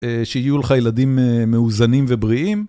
שיהיו לך ילדים מאוזנים ובריאים.